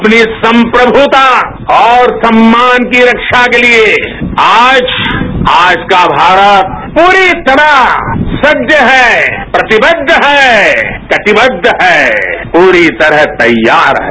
अपनी संप्रमुता और सम्मान की ख्वा के लिए आज आज का भारत पूरी तरह सज्ज है प्रतिबद्ध है कटिबद्ध है पूरी तरह तैयार है